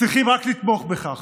צריכים רק לתמוך בכך.